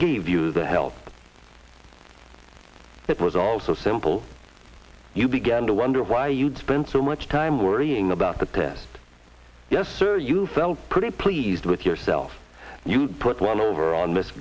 gave you the health threat was all so simple you began to wonder why you'd spent so much time worrying about the test yes sir you felt pretty pleased with yourself you put one over on miss